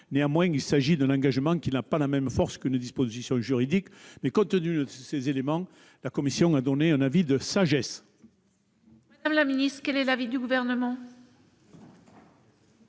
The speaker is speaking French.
Néanmoins, il s'agit d'un engagement, qui n'a pas la même force qu'une disposition juridique. Compte tenu de ces éléments, la commission s'en remet à la sagesse du Sénat. Quel est l'avis du Gouvernement ?